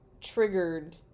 triggered